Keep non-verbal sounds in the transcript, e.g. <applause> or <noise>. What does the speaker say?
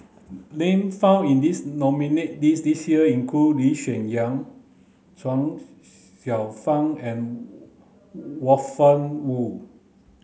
name found in this nominees' list this year include Lee Hsien Yang Chuang Xiao Fang and <unintelligible> Were <unintelligible> Woon